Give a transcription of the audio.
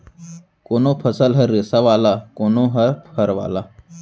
कोनो फसल ह रेसा वाला, कोनो ह फर वाला